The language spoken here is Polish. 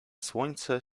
słońce